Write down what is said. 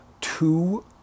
Two